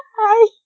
Hi